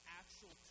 actual